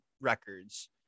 records